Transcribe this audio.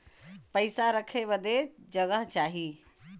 पइसा रखे बदे जगह चाही